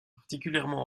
particulièrement